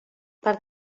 per